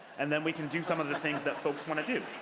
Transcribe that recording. and then we can do some of the things that folks want to do.